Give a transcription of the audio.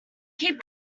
keep